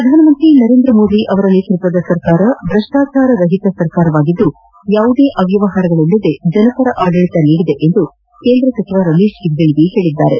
ಪ್ರಧಾನಮಂತ್ರಿ ನರೇಂದ್ರ ಮೋದಿ ಅವರ ನೇತೃತ್ವದ ಸರ್ಕಾರ ಭ್ರಷ್ಟಾಚಾರ ರಹಿತ ಸರ್ಕಾರವಾಗಿದ್ದು ಯಾವುದೇ ಅವ್ಯವಹಾರಗಳಿಲ್ಲದೆ ಜನಪರ ಆಡಳಿತ ನೀಡಿದೆ ಎಂದು ಕೇಂದ್ರ ಸಚಿವ ರಮೇಶ್ ಜಿಗಜಿಣಗಿ ಹೇಳಿದ್ದಾರೆ